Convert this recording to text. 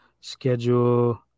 Schedule